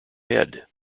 head